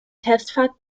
testfahrt